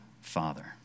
Father